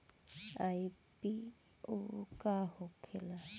IPO का होखेला?